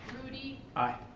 rudey. aye.